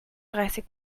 dreißig